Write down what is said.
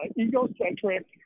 egocentric